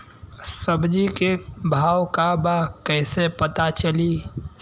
सब्जी के भाव का बा कैसे पता चली?